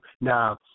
Now